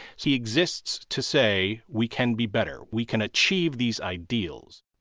he exists to say, we can be better. we can achieve these ideals.